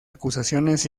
acusaciones